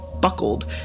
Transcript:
buckled